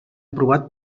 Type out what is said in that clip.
aprovat